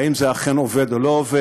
האם זה אכן עובד או לא עובד?